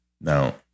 Now